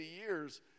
years